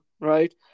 right